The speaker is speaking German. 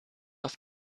auf